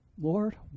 Lord